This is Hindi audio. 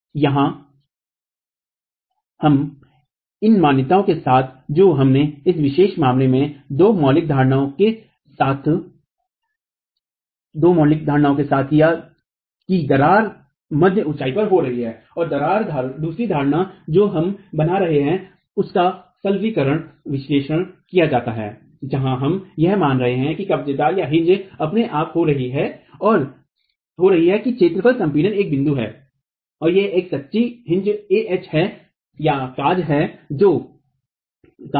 यहां इन मान्यताओं के साथ जो हमने इस विशेष मामले में दो मौलिक धारणाओं के साथ किया है कि दरार मध्य ऊंचाई पर हो रही है और दूसरी धारणा जो हम बना रहे हैं उसका सरलीकृत विश्लेषण किया गया है जहां हम यह मान रहे हैं कि कब्जेदारकाजहिन्ज अपने आप हो रहा है कि क्षेत्रफल संपीड़न एक बिंदु है और यह एक सही काज ah है